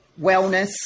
wellness